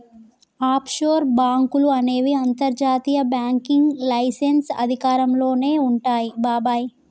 offshore బాంకులు అనేవి అంతర్జాతీయ బ్యాంకింగ్ లైసెన్స్ అధికారంలోనే వుంటాయి బాబాయ్